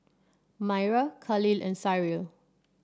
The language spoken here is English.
Myra Khalil and Cyril